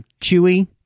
Chewie